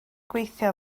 gweithio